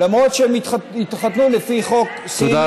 למרות שהם התחתנו לפי חוק סיני.